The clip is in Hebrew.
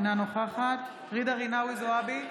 אינה נוכחת ג'ידא רינאוי זועבי,